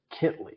Kitley